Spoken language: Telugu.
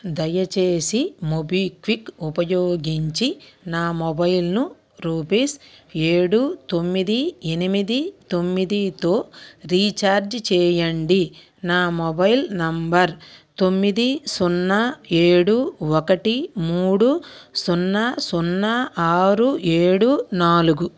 దయచేసి మోబిక్విక్ ఉపయోగించి నా మొబైల్ను రూపీస్ ఏడు తొమ్మిది ఎనిమిది తొమ్మిదితో రీఛార్జ్ చేయండి నా మొబైల్ నెంబర్ తొమ్మిది సున్నా ఏడు ఒకటి మూడు సున్నా సున్నా ఆరు ఏడు నాలుగు